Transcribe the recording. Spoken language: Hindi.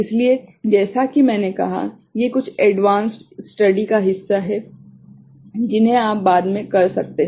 इसलिए जैसा कि मैंने कहा ये कुछ एडवांस्ड स्टडि का हिस्सा हैं जिन्हें आप बाद में कर सकते हैं